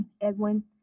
Edwin